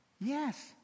Yes